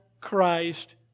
Christ